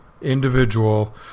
individual